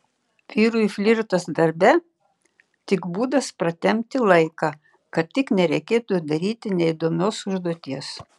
vyrui flirtas darbe tik būdas pratempti laiką kad tik nereikėtų daryti neįdomios užduoties